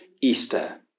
Easter